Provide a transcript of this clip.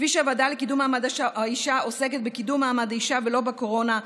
כפי שהוועדה לקידום מעמד האישה עוסקת בקידום מעמד האישה ולא בקורונה,